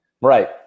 Right